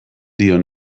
dio